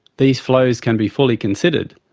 these flows can be fully considered.